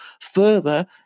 further